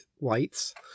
lights